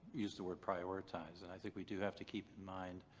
used the word prioritize and i think we do have to keep mind